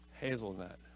Hazelnut